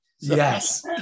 yes